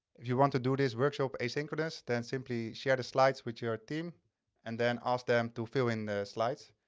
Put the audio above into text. if you want to do this workshop asynchronous then simply share the slides with your team and then ask them to fill in the slides.